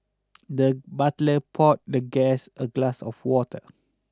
the butler poured the guest a glass of water